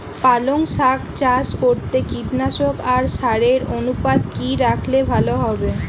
পালং শাক চাষ করতে কীটনাশক আর সারের অনুপাত কি রাখলে ভালো হবে?